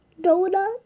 Donut